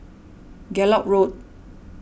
Gallop Road